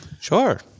Sure